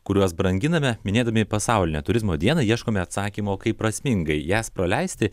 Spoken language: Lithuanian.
kuriuos branginame minėdami pasaulinę turizmo dieną ieškome atsakymo kaip prasmingai jas praleisti